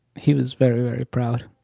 he was very, very proud.